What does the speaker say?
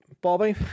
Bobby